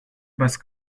best